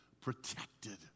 protected